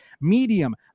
medium